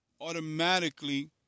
Automatically